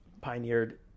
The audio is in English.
pioneered